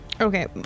Okay